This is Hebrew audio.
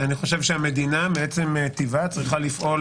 אני חושב שהמדינה מעצם טיבה, צריכה לפעול